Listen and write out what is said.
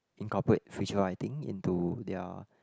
incorporate future writing into their